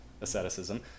asceticism